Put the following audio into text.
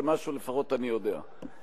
שמשהו לפחות אני יודע.